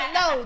no